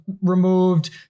removed